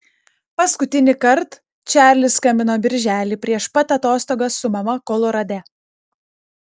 paskutinįkart čarlis skambino birželį prieš pat atostogas su mama kolorade